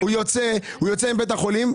יוצא מבית החולים.